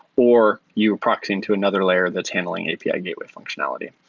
or you'll proxy into another layer that's handling api gateway functionality.